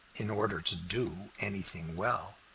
in order to do anything well,